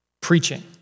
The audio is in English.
preaching